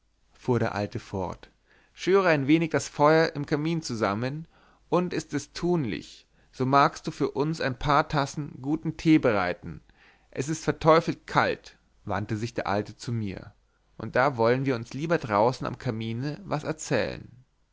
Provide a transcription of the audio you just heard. fuhr der alte fort schüre ein wenig das feuer im kamin zusammen und ist es tunlich so magst du für uns ein paar tassen guten tee bereiten es ist verteufelt kalt wandte sich der alte zu mir und da wollen wir uns lieber draußen am kamine was erzählen